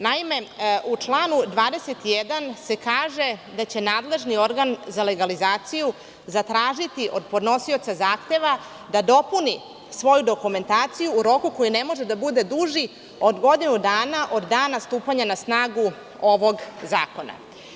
Naime, u članu 21. se kaže da će nadležni organ za legalizaciju zatražiti od podnosioca zahteva da dopuni svoju dokumentaciju u roku koji ne može da bude duži od godinu dana od dana stupanja na snagu ovog zakona.